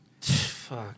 Fuck